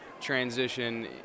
transition